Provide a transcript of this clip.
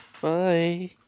bye